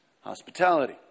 hospitality